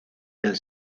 del